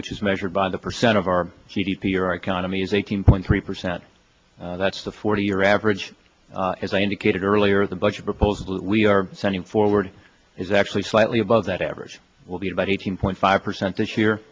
which is measured by the percent of our g d p or our economy is eighteen point three percent that's the forty year average as i indicated earlier the budget proposal we are sending forward is actually slightly above that average will be about eighteen point five percent this year